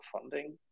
funding